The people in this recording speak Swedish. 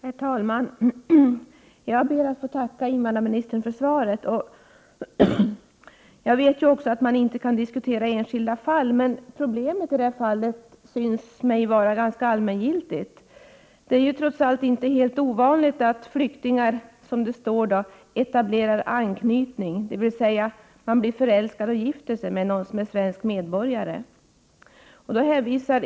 Herr talman! Jag ber att få tacka invandrarministern för svaret. Jag vet också att man inte kan diskutera enskilda fall, men problemet i det här fallet synes för mig vara ganska allmängiltigt. Det är trots allt inte helt ovanligt att flyktingar, som det står, ”etablerat en anknytning”, dvs. att man har blivit förälskad och gifter sig med en som är svensk medborgare.